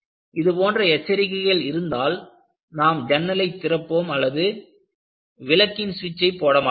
இதுபோன்ற எச்சரிக்கைகள் இருந்தால் நாம் ஜன்னலை திறப்போம் அல்லது விளக்கின் ஸ்விட்சை போட மாட்டோம்